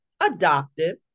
adoptive